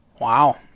Wow